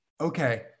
okay